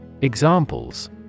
Examples